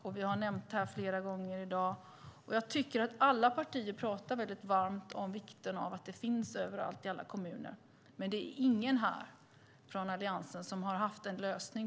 Alla partier talar varmt om vikten av att kultur och musikskolorna finns i alla kommuner, men ingen här från Alliansen har haft en lösning.